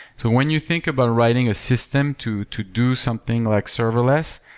so when you think about writing a system to to do something like serverless,